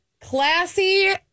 Classy